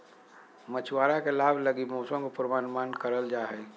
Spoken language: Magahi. मछुआरा के लाभ लगी मौसम के पूर्वानुमान करल जा हइ